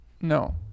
no